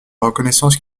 reconnaissance